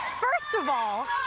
first of all,